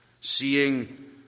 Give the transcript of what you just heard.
seeing